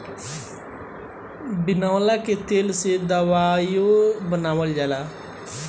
बिनौला के तेल से दवाईओ बनावल जाला